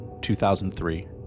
2003